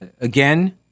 again